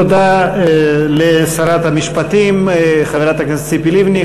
תודה לשרת המשפטים, חברת הכנסת ציפי לבני.